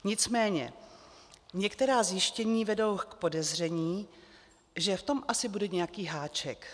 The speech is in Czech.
Nicméně některá zjištění vedou k podezření, že v tom asi bude nějaký háček.